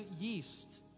yeast